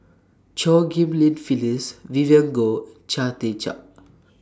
Chew Ghim Lian Phyllis Vivien Goh Chia Tee Chiak